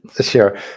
Sure